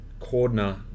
Cordner